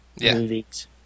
movies